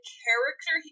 character